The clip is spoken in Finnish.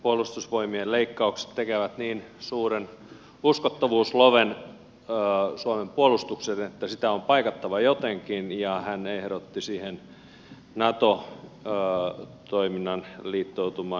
puolustusvoimien leikkaukset tekevät niin suuren uskottavuusloven suomen puolustukseen että sitä on paikattava jotenkin ja hän ehdotti siihen nato liittoutuman tarkastelua